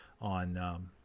on